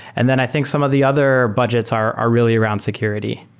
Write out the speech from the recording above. and then i think some of the other budgets are are really around security.